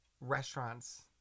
restaurants